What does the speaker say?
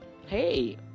hey